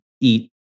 eat